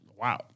wow